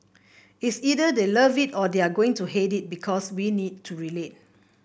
it's either they love it or they are going to hate it because we need to relate